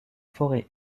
forêts